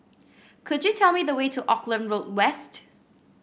could you tell me the way to Auckland Road West